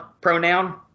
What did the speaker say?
pronoun